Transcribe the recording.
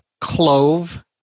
clove